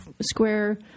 square